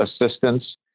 assistance